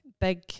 Big